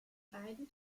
beiden